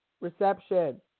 reception